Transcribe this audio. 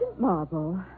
marble